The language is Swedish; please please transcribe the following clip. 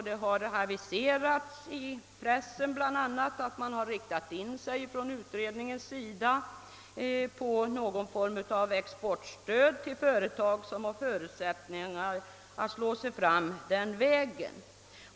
Det har aviserats i pressen att man från utredningens sida har riktat in sig på någon form av exportstöd till företag som har förutsättningar att slå sig fram den vägen.